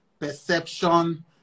perception